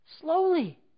Slowly